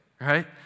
right